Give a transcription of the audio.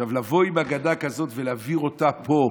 לבוא עם אגדה כזאת ולהעביר אותה לפה,